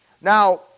Now